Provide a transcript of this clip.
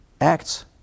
acts